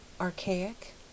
archaic